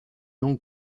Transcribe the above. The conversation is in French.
longue